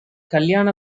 கல்யாண